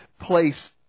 place